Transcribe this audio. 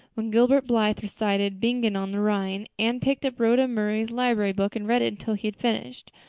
when gilbert blythe recited bingen on the rhine anne picked up rhoda murray's library book and read it until he had finished,